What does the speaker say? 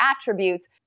attributes